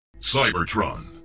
Cybertron